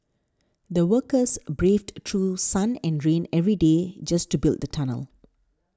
the workers braved through sun and rain every day just to build the tunnel